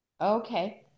Okay